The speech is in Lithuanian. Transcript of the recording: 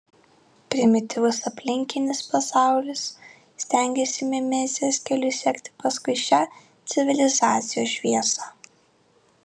primityvus aplinkinis pasaulis stengiasi mimezės keliu sekti paskui šią civilizacijos šviesą